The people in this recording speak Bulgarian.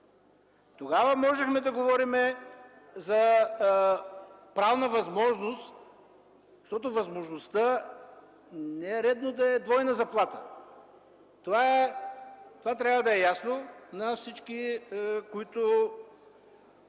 тогава можехме да говорим за правна възможност, защото възможността не е редно да е двойна заплата. Това трябва да е ясно на всички, за които